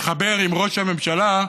מתחבר עם ראש הממשלה,